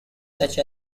such